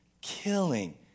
killing